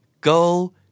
go